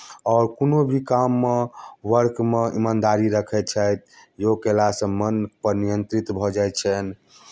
आओर कोनो भी काममे वर्कमे इमानदारी रखै छथि योग कयलासँ मनपर नियन्त्रित भऽ जाइ छनि